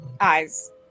eyes